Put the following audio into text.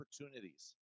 opportunities